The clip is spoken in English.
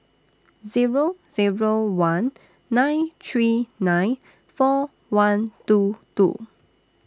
Zero Zero one nine three nine four one two two